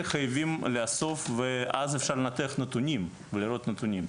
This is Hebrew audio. חייבים לאסוף ואז אפשר לנתח נתונים ולראות נתונים.